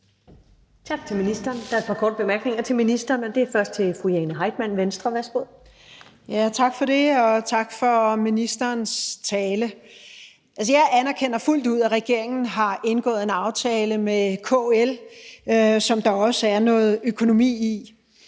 Tak til ministeren. Der er et par korte bemærkninger til ministeren. Først er det fra fru Jane Heitmann, Venstre. Værsgo. Kl. 20:20 Jane Heitmann (V): Tak for det, og tak for ministerens tale. Jeg anerkender fuldt ud, at regeringen har indgået en aftale med KL, som der også er noget økonomi i.